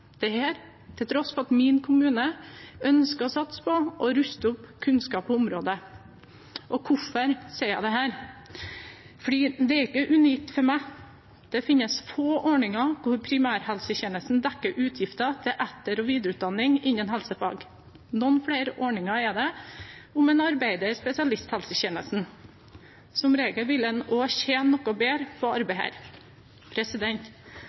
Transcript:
til tross for at min kommune ønsker å satse på og ruste opp kunnskapen på området. Hvorfor sier jeg dette? Fordi det ikke er unikt for meg. Det finnes få ordninger hvor primærhelsetjenesten dekker utgiftene til etter- og videreutdanning innen helsefag. Noen flere ordninger er det om en arbeider i spesialisthelsetjenesten. Som regel vil en også tjene noe bedre på å arbeide der. Jeg mener en god ledelse ser verdien av å bidra til kunnskapsutvikling. Her